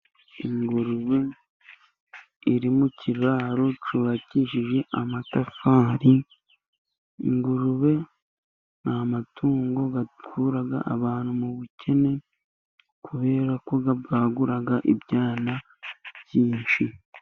Ingurube iri mu kiraro cyubakishije amatafari. Ingurube ni amatungo akura abantu mu bukene, kubera ko abwagura ibyana byinshi.